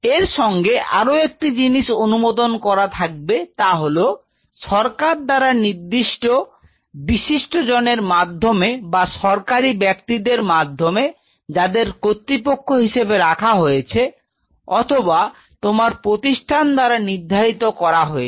এর সঙ্গে আরও একটি জিনিস অনুমোদন করা থাকবে তা হল সরকার দ্বারা নির্দিষ্ট বিশিষ্টজনের মাধ্যমে বা সরকারি ব্যক্তিদের মাধ্যমে যাদের কর্তৃপক্ষ হিসেবে রাখা হয়েছে অথবা তোমার প্রতিষ্ঠান দ্বারা নির্ধারিত করা হয়েছে